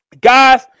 Guys